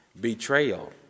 Betrayal